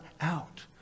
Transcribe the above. out